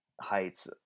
heights